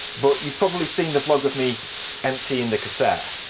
but you've probably seen the vlog of me emptying the cassette,